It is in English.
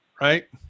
right